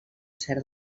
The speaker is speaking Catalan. cert